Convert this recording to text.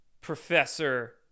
professor